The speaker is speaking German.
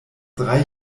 drei